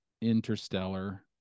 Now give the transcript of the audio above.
Interstellar